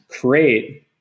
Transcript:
create